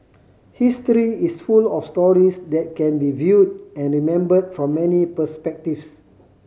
history is full of stories that can be viewed and remembered from many perspectives